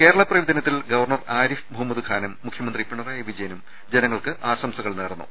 കേരളപ്പിറവി ദിനത്തിൽ ഗവർണർ ആരിഫ് മുഹമ്മദ് ഖാനും മുഖൃമന്ത്രി പിണറായി വിജയനും ജനങ്ങൾക്ക് ആശംസകൾ നേർന്നു